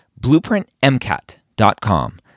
BlueprintMCAT.com